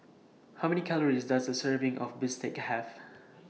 How Many Calories Does A Serving of Bistake Have